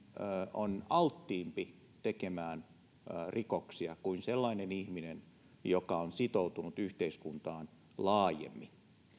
on alttiimpi tekemään rikoksia kuin sellainen ihminen joka on sitoutunut yhteiskuntaan laajemmin